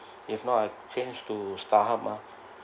if not I change to Starhub ma